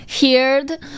heard